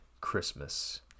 Christmas